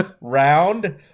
round